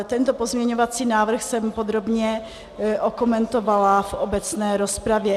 Tento pozměňovací návrh jsem podrobně okomentovala v obecné rozpravě.